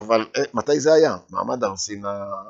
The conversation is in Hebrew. אבל מתי זה היה? מעמד הר סיני...